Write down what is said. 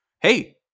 Hey